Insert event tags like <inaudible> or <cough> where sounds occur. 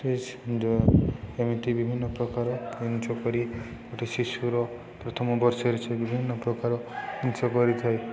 <unintelligible> ଏମିତି ବିଭିନ୍ନ ପ୍ରକାର ଜିନିଷ କରି ଗୋଟେ ଶିଶୁର ପ୍ରଥମ ବର୍ଷରେ ସେ ବିଭିନ୍ନ ପ୍ରକାର ଜିନିଷ କରିଥାଏ